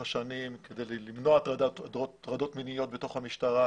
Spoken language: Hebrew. השנים כדי למנוע הטרדות מיניות בתוך המשטרה,